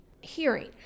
hearing